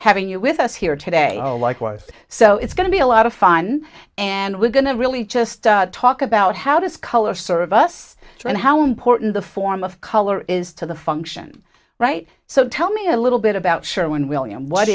having you with us here today like worth so it's going to be a lot of fun and we're going to really just talk about how does color serve us and how important the form of color is to the function right so tell me a little bit about sure when william what